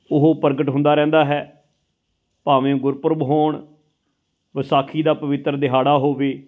ਉਹ ਪ੍ਰਗਟ ਹੁੰਦਾ ਰਹਿੰਦਾ ਹੈ ਭਾਵੇਂ ਗੁਰਪੁਰਬ ਹੋਣ ਵਿਸਾਖੀ ਦਾ ਪਵਿੱਤਰ ਦਿਹਾੜਾ ਹੋਵੇ